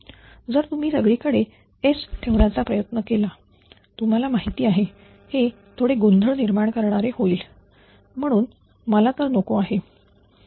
जर तुम्ही सगळीकडे S ठेवण्याचा प्रयत्न केला तुम्हाला माहिती आहे हे थोडे गोंधळ निर्माण करणारे होईल म्हणून मला तर नको आहे